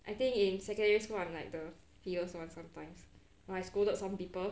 I think in secondary school I'm like the fierce one sometimes I scolded some people